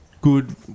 good